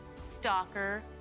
Stalker